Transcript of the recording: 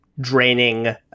draining